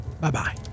Bye-bye